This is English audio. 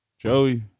Joey